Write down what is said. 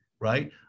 right